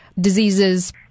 diseases